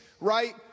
right